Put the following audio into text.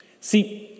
see